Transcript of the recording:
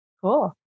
Cool